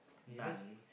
naan